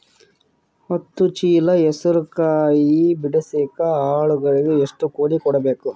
ಹತ್ತು ಚೀಲ ಹೆಸರು ಕಾಯಿ ಬಿಡಸಲಿಕ ಆಳಗಳಿಗೆ ಎಷ್ಟು ಕೂಲಿ ಕೊಡಬೇಕು?